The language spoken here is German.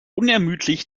unermüdlich